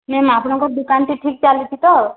ma'am ଆପଣ୍ଙ୍କ ଦୁକାନ୍ଟି ଠିକ୍ ଚାଲିଛି ତ